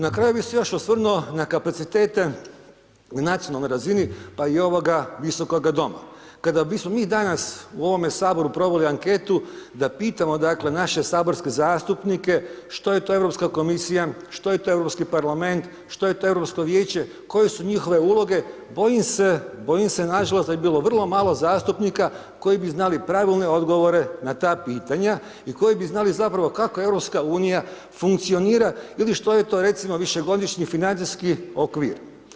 Na kraju bi se još osvrnuo na kapacitete na nacionalnoj razini, pa i ovoga Visokoga doma, kada bismo mi danas u ovome HS proveli anketu da pitamo, dakle, naše saborske zastupnike što je to Europska komisija, što je to Europski parlament, što je to Europsko vijeće, koje su njihove uloge, bojim se, bojim se nažalost, da bi bilo vrlo malo zastupnika koji bi znali pravilne odgovore na ta pitanja i koji bi znali zapravo kako EU funkcionira ili što je to recimo, višegodišnji financijski okvir.